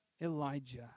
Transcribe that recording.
Elijah